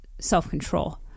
self-control